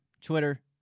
Twitter